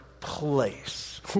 place